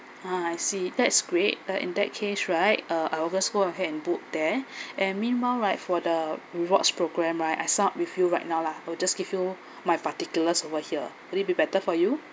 ah I see that's great uh in that case right uh I will just go ahead and book there and meanwhile right for the rewards programme right I sign up with you right now lah I'll just give you my particulars over here will it be better for you